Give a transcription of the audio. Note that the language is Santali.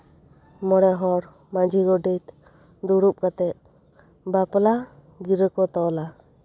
ᱢᱚᱬᱮ ᱦᱚᱲ ᱢᱟᱺᱡᱷᱤ ᱜᱳᱰᱮᱛ ᱫᱩᱲᱩᱵ ᱠᱟᱛᱮᱫ ᱵᱟᱯᱞᱟ ᱜᱤᱨᱟᱹ ᱠᱚ ᱛᱚᱞᱟ